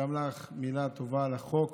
גם לך מילה טובה על החוק.